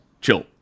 chill